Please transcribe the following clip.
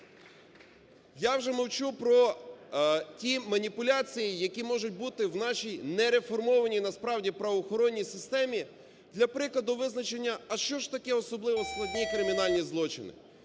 Я вже мовчу про ті маніпуляції, які можуть бути в нашій нереформованій, насправді, правоохоронній системі. Для прикладу, визначення, а що ж таке особливо складні кримінальні злочини?